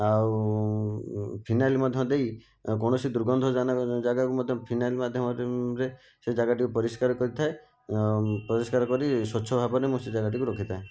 ଆଉ ଫିନାଇଲ ମଧ୍ୟ ଦେଇ ଆଉ କୌଣସି ଦୁର୍ଗନ୍ଧଜନକ ଜାଗାକୁ ମଧ୍ୟ ଫିନାଇଲ ମାଧ୍ୟମରେ ସେ ଜାଗାଟିକୁ ପରିଷ୍କାର କରିଥାଏ ପରିଷ୍କାର କରି ସ୍ଵଚ୍ଛ ଭାବରେ ମୁଁ ସେହି ଜାଗାଟିକୁ ରଖିଥାଏ